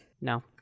No